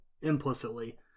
implicitly